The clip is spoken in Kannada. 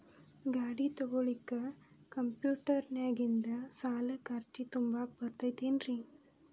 ಗಾಡಿ ತೊಗೋಳಿಕ್ಕೆ ಕಂಪ್ಯೂಟೆರ್ನ್ಯಾಗಿಂದ ಸಾಲಕ್ಕ್ ಅರ್ಜಿ ತುಂಬಾಕ ಬರತೈತೇನ್ರೇ?